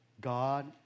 God